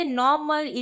normal